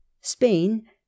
Spain